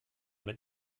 mit